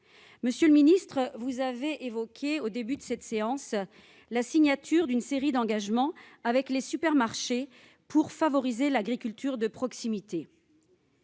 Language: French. Monsieur le ministre, vous avez évoqué au début de ce débat la signature d'une série d'engagements avec les supermarchés, pour favoriser l'agriculture de proximité.